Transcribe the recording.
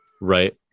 right